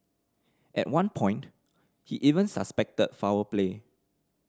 at one point he even suspected foul play